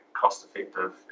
cost-effective